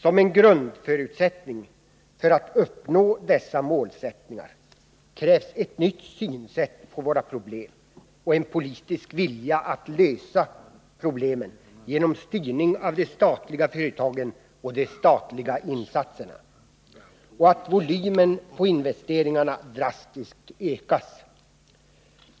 Några grundförutsättningar för att uppnå dessa mål är att man övergår till ett nytt sätt att se på våra problem, att man har en politisk vilja att genom styrning av de statliga företagen och av de statliga insatserna lösa problemen samt att volymen på investeringarna drastiskt ökas.